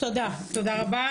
תודה, תודה רבה.